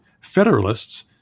Federalists